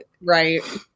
Right